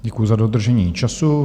Děkuji za dodržení času.